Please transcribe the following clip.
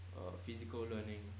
a physical learning